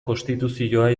konstituzioa